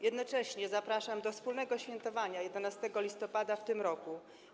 Jednocześnie zapraszam do wspólnego świętowania 11 listopada w tym roku.